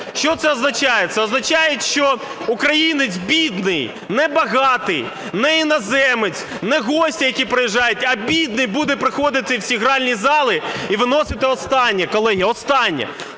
Що це означає? Це означає, що українець бідний – не багатий, не іноземець, не гості, які приїжджають – а бідний буде приходити в ці гральні зали і виносити останнє, колеги, останнє.